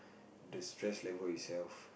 the stress level itself